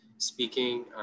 speaking